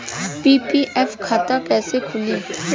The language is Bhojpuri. पी.पी.एफ खाता कैसे खुली?